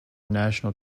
national